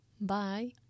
Bye